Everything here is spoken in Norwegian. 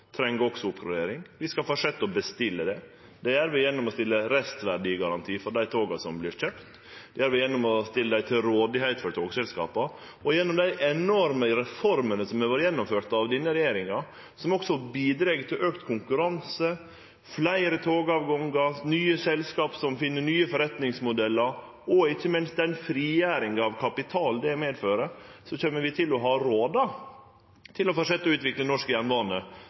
treng også oppgradering. Vi skal halde fram med å bestille det. Det gjer vi ved å stille restverdigaranti for dei toga som vert kjøpte, vi gjer det ved å stille dei til rådigheit for togselskapa. Gjennom dei enorme reformene som har vore gjennomførte av denne regjeringa – som også bidreg til auka konkurranse, fleire togavgangar, nye selskap som finn nye forretningsmodellar – og ikkje minst frigjeringa av kapital det medfører, kjem vi til å ha råd til å halde fram med å utvikle norsk jernbane